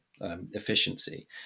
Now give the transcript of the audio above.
efficiency